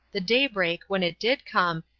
the daybreak, when it did come,